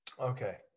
Okay